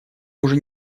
уже